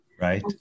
Right